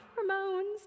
hormones